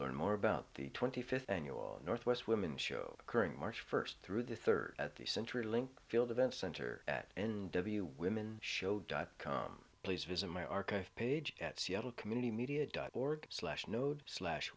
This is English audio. learn more about the twenty fifth annual northwest women show current march first through the third at the century link field event center at n w women show dot com please visit my archive page at seattle community media dot org slash node slash